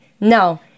no